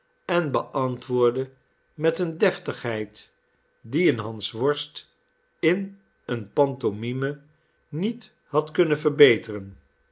en beantwoordde met eene deftigheid die een hansworst in eene pantomine niet had kunnen verbeteren